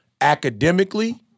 academically